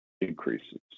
increases